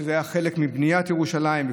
זה היה חלק מבניית ירושלים,